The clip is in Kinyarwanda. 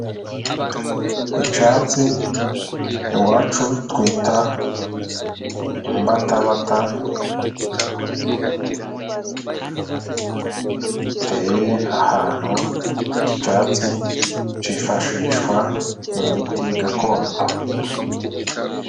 Icyatsi iwacu twita imbatabata giteye ahantu. Iki cyatsi cyifashishwa mu miti gakondo.